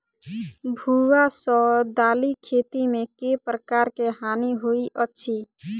भुआ सँ दालि खेती मे केँ प्रकार केँ हानि होइ अछि?